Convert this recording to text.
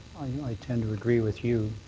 i tend to agree with you.